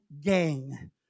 gang